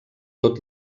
tot